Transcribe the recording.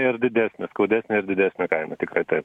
ir didesnė skaudesnė ir didesnė kaina tikrai taip